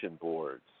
boards